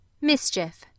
MISCHIEF